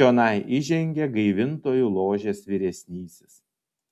čionai įžengė gaivintojų ložės vyresnysis